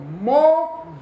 more